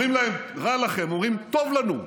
אומרים להם: רע לכם, אומרים: טוב לנו,